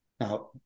Now